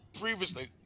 previously